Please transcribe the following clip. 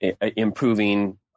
improving